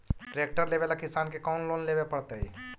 Tractor लेवेला किसान के कौन लोन लेवे पड़तई?